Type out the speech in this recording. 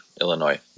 Illinois